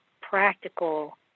practical